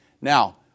Now